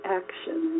action